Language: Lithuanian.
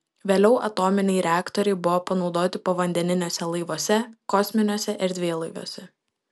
vėliau atominiai reaktoriai buvo panaudoti povandeniniuose laivuose kosminiuose erdvėlaiviuose